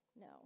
No